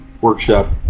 workshop